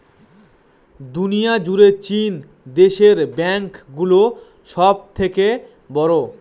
দুনিয়া জুড়ে চীন দেশের ব্যাঙ্ক গুলো সব থেকে বড়ো